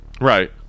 right